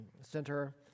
center